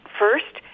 first